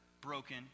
broken